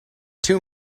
two